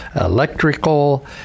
electrical